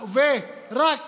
ורק